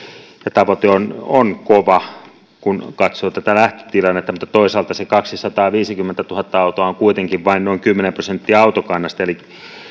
tavoite on on kova kun katsoo tätä lähtötilannetta mutta toisaalta se kaksisataaviisikymmentätuhatta autoa on kuitenkin vain noin kymmenen prosenttia autokannasta eli